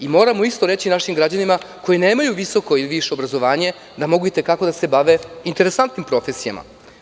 Moramo reći našim građanima, koji nemaju više obrazovanje, da mogu i te kako da se bave interesantnim profesijama.